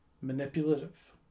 manipulative